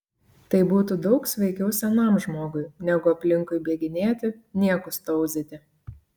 tai būtų daug sveikiau senam žmogui negu aplinkui bėginėti niekus tauzyti